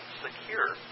secure